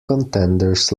contenders